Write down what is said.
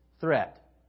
threat